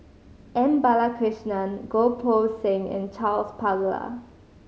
M Balakrishnan Goh Poh Seng and Charles Paglar